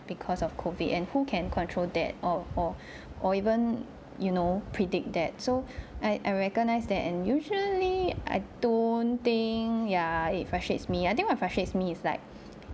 because of COVID and who can control that or or or even you know predict that so I I recognize that and usually I don't think yeah it frustrates me I think what frustrates me is like